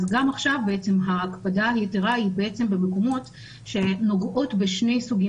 אז גם עכשיו ההקפדה היתרה היא במקומות שנוגעים בשני סוגים